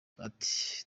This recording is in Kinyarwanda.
ati